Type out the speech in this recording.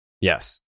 yes